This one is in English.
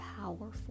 powerful